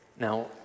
Now